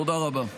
תודה רבה.